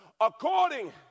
According